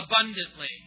abundantly